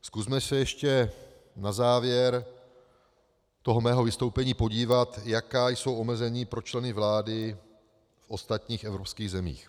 Zkusme se ještě na závěr mého vystoupení podívat, jaká jsou omezení pro členy vlády v ostatních evropských zemích.